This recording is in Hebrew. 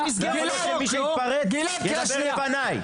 למה כל מי שמתפרץ ידבר לפני?